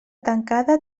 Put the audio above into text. tancada